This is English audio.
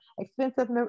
expensive